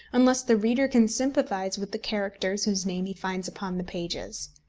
unless the reader can sympathise with the characters whose names he finds upon the pages.